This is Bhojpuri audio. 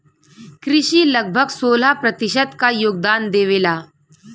कृषि लगभग सोलह प्रतिशत क योगदान देवेला